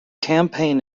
campaign